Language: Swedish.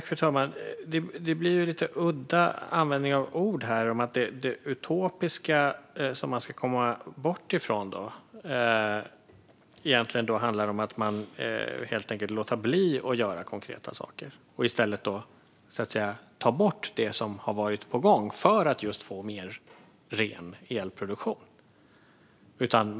Fru talman! Det blir ju en lite udda användning av ord här. Det utopiska, som man ska komma bort från, handlar egentligen om att man helt enkelt låter bli att göra konkreta saker och i stället tar bort det som har varit på gång för att få mer ren elproduktion.